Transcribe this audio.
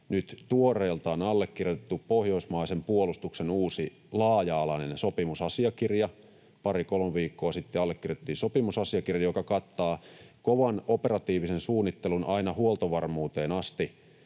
nyt tuoreeltaan allekirjoitettu pohjoismaisen puolustuksen uusi laaja-alainen sopimusasiakirja. Pari kolme viikkoa sitten allekirjoitettiin sopimusasiakirja, joka kattaa kovan operatiivisen suunnittelun aina huoltovarmuuteen asti,